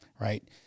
Right